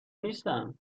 نیستم